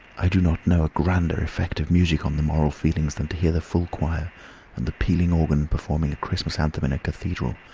i do not know a grander effect of music on the moral feelings than to hear the full choir and the pealing organ performing a christmas anthem in a cathedral,